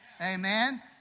Amen